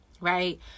right